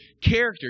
character